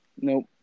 Nope